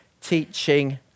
teaching